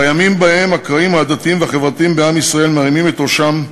בימים שבהם הקרעים העדתיים והחברתיים בעם ישראל מרימים את ראשם,